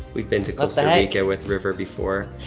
we've been to costa rica with river before.